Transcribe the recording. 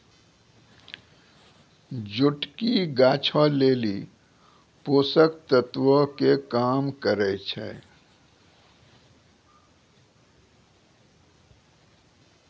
जोटकी गाछो लेली पोषक तत्वो के काम करै छै